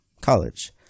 college